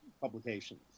publications